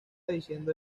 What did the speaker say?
diciendo